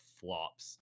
flops